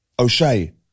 O'Shea